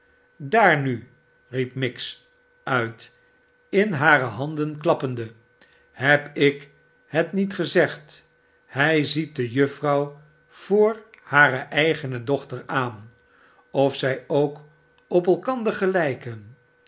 daar nu riep miggs uit in hare handen klappende heb ik het niet gezegd hij ziet de juffrouw voor hare eigene dochter aan of zij ook op elkander gelijken